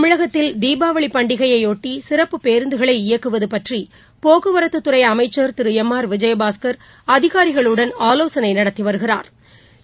தமிழகத்தில் தீபாவளி பண்டிகையையாட்டி சிறப்பு பேருந்துகளை இயக்குவது பற்றி போக்குவரத்துத் துறை அமைச்சா் திரு எம் ஆர் விஜயபாஸ்கா் அதிகாரிகளுடன் ஆவோசனை நடத்தி வருகிறாா்